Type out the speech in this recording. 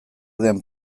den